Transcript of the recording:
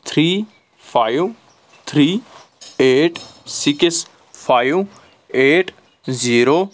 three five three eight six five eight zero